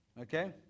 okay